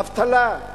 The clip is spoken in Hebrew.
אבטלה,